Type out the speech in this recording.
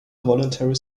voluntarily